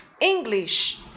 English